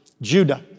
Judah